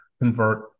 convert